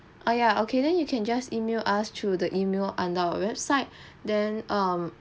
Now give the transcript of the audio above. !aiya! okay then you can just email us through the email at our website then um